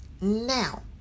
Now